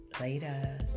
Later